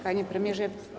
Panie Premierze!